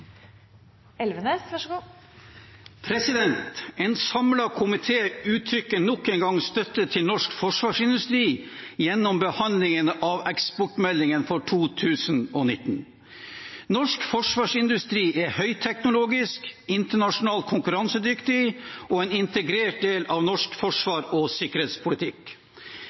En samlet komité uttrykker nok en gang støtte til norsk forsvarsindustri gjennom behandlingen av eksportmeldingen for 2019. Norsk forsvarsindustri er høyteknologisk, internasjonalt konkurransedyktig og en integrert del av norsk forsvars- og sikkerhetspolitikk.